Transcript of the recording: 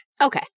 Okay